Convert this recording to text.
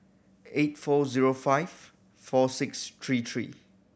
eight four zero five four six three three